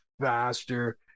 faster